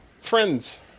friends